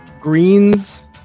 greens